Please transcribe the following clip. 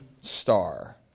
star